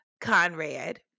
Conrad